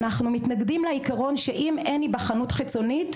אנחנו מתנגדים לעיקרון שאם אין היבחנות חיצונית,